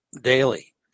daily